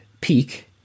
peak